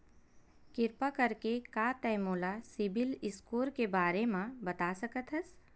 किरपा करके का तै मोला सीबिल स्कोर के बारे माँ बता सकथस?